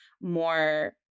more